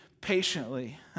patiently